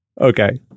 Okay